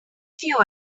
fuel